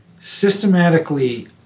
systematically